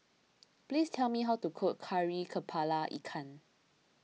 please tell me how to cook Kari Kepala Ikan